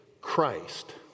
Christ